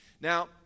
Now